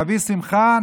נביא שמחה,